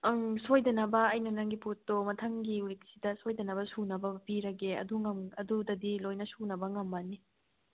ꯑꯪ ꯁꯣꯏꯗꯅꯕ ꯑꯩꯅ ꯅꯪꯒꯤ ꯄꯣꯠꯇꯣ ꯃꯊꯪꯒꯤ ꯋꯤꯛꯁꯤꯗ ꯁꯣꯏꯗꯅꯕ ꯁꯨꯅꯕ ꯄꯤꯔꯒꯦ ꯑꯗꯨ ꯑꯗꯨꯗꯤ ꯂꯣꯏꯅ ꯁꯨꯅꯕ ꯉꯝꯃꯅꯤ